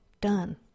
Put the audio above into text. Done